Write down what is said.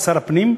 כשר הפנים,